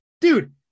Dude